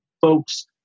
folks